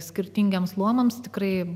skirtingiems luomams tikrai